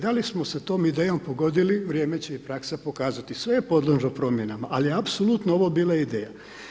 Da li smo sa tom idejom pogodili, vrijeme će i praksa pokazati, sve je podložno promjenama, ali je apsolutno ovo bila ideja.